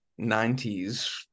90s